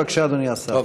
בבקשה, אדוני השר.